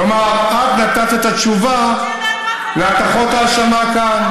כלומר, את נתת את התשובה על הטחת ההאשמה כאן.